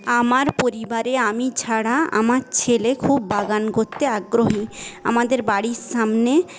আমার পরিবারে আমি ছাড়া আমার ছেলে খুব বাগান করতে আগ্রহী আমাদের বাড়ির সামনে